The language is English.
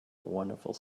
wonderful